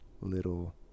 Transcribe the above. little